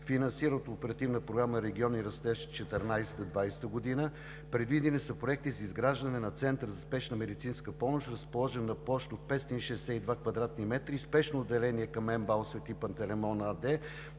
финансиран от Оперативна програма „Региони в растеж“ 2014 – 2020 г. Предвидени са проекти за изграждане на Център за спешна медицинска помощ, разположен на площ от 562 квадратни метра, и Спешно отделение към МБАЛ „Св. Пантелеймон“ АД,